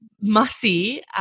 Mussy